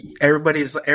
everybody's